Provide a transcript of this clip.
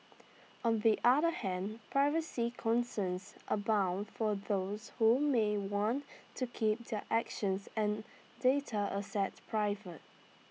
on the other hand privacy concerns abound for those who may want to keep their actions and data assets private